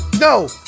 No